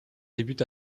débute